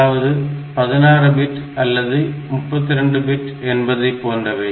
அதாவது 16 பிட் அல்லது 32 பிட் என்பதை போன்றவை